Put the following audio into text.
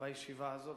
בישיבה הזאת,